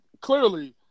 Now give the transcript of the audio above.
clearly